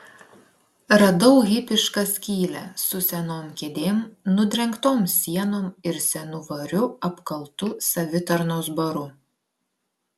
radau hipišką skylę su senom kėdėm nudrengtom sienom ir senu variu apkaltu savitarnos baru